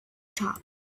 top